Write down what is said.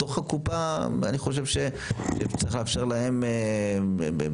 בתוך הקופה אני חושב שצריך לאפשר להם בפריסה.